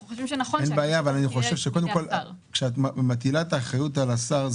אני חושב שזה לא נכון להטיל את האחריות על השר.